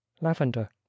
Lavender